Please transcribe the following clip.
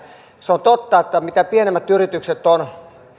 se on totta että mitä pienemmät yritykset ovat